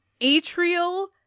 atrial